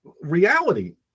reality